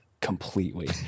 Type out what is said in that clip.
completely